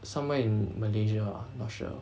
somewhere in malaysia ah not sure